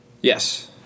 yes